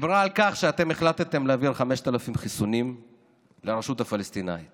ודיברה על כך שאתם החלטתם להעביר 5,000 חיסונים לרשות הפלסטינית